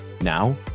now